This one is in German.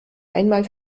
einmal